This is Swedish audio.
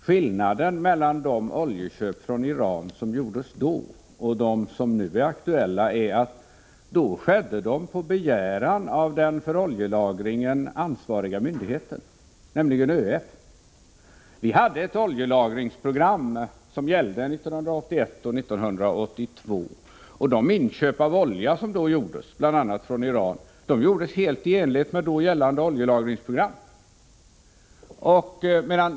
Skillnaden mellan de oljeköp från Iran som gjordes då och de som nu är aktuella är att då skedde de på begäran av den oljelagringsansvariga myndigheten, nämligen ÖEF. Vi hade ett oljelagringsprogram som gällde 1981 och 1982, och de inköp av olja som då gjordes bl.a. från Iran företogs helt i enlighet med det då gällande oljelagringsprogrammet.